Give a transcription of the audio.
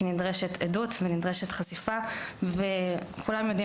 כי נדרשת עדות ונדרשת חשיפה וכולם יודעים